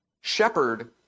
shepherd